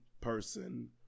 person